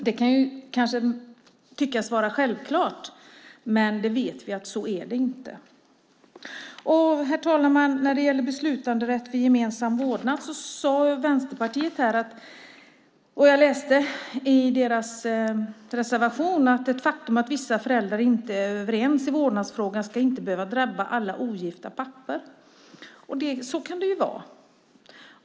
Det kan kanske tyckas vara självklart, men vi vet att så är det inte. Herr talman! När det gäller beslutanderätt vid gemensam vårdnad sade Vänsterpartiet här samma sak som jag läste i deras reservation: Det faktum att vissa föräldrar inte är överens i vårdnadsfrågan ska inte behöva drabba alla ogifta pappor. Så kan det ju vara.